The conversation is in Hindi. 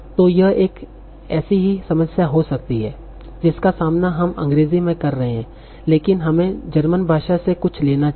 तो यह एक ऐसी ही समस्या हो सकती है जिसका सामना हम अंग्रेजी में कर रहे हैं लेकिन हमें जर्मन भाषा से कुछ लेना चाहिए